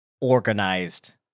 organized